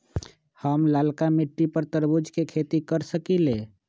हम लालका मिट्टी पर तरबूज के खेती कर सकीले?